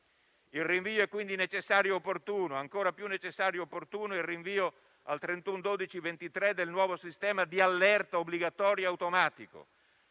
Il rinvio è quindi necessario e opportuno. Ancora più necessario e opportuno è il rinvio al 31 dicembre 2023 del nuovo sistema di allerta obbligatoria automatica,